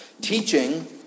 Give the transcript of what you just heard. Teaching